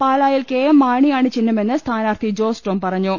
പാലായിൽ കെ എം മാണിയാണ് ചിഹ്നമെന്ന് സ്ഥാനാർത്ഥി ജോസ് ടോം പറഞ്ഞു